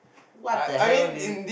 what the hell dude